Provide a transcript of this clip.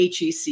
HEC